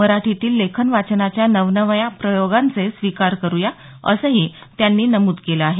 मराठीतील लेखन वाचनाच्या नवनव्या प्रयोगांचे स्वीकार करू या असंही त्यांनी नमुद केलं आहे